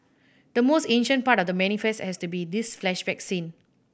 the most ancient part of The Manifest has to be this flashback scene